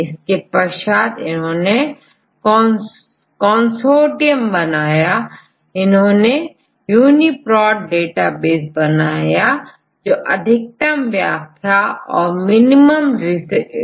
इसके पश्चात इन्होंने consortium बनाया इन्होंनेUniprot डेटाबेस बनाया जो अधिकतम व्याख्या और मिनिमल रिडंडेंसी पर कार्य करता था